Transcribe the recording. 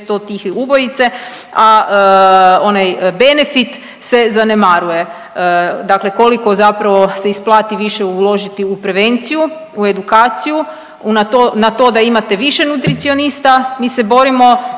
su tihe ubojice, a onaj benefit se zanemaruje. Dakle, koliko zapravo se isplati više uložiti u prevenciju, u edukaciju, na to da imate više nutricionista. Mi se borimo